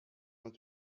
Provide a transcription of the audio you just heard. not